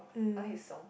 mm